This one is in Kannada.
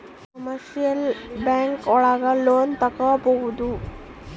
ಕಮರ್ಶಿಯಲ್ ಬ್ಯಾಂಕ್ ಒಳಗ ಲೋನ್ ತಗೊಬೋದು